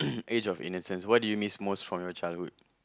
age of innocence what do you miss most from your childhood